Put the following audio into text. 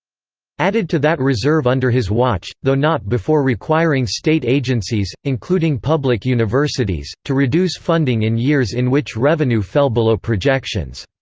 added to that reserve under his watch, though not before requiring state agencies, including public universities, to reduce funding in years in which revenue fell below projections.